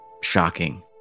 shocking